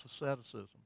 asceticism